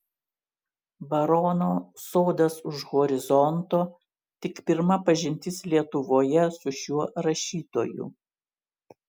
barono sodas už horizonto tik pirma pažintis lietuvoje su šiuo rašytoju